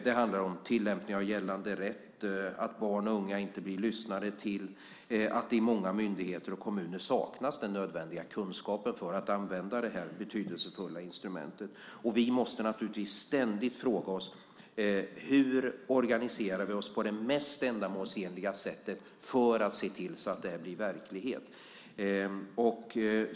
Det handlar om tillämpning av gällande rätt, att man inte lyssnar på barn och unga samt att det i många myndigheter och kommuner saknas den nödvändiga kunskapen för att använda detta betydelsefulla instrument. Vi måste naturligtvis ständigt fråga oss hur vi organiserar oss på det mest ändamålsenliga sättet för att se till att det blir verklighet.